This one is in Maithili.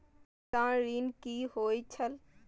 किसान ऋण की होय छल?